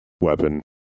weapon